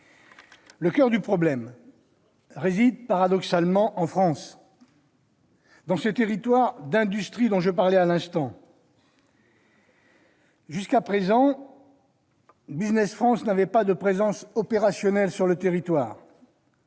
Le coeur du problème réside paradoxalement en France, dans ces territoires d'industrie dont j'ai parlé il y a quelques instants. Jusqu'ici, Business France n'avait pas de présence opérationnelle sur le territoire,